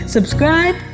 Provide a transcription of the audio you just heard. Subscribe